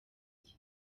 jye